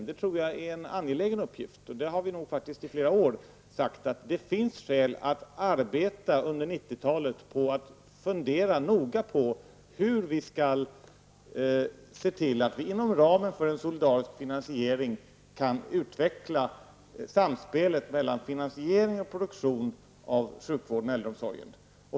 Det tror jag är en angelägen uppgift, och vi har faktiskt sagt i flera år att det finns skäl att under 1990-talet fundera noga på hur vi skall se till att inom ramen för en solidarisk finansiering utveckla samspelet mellan finansiering och produktion av sjukvård och äldreomsorg.